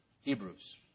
Hebrews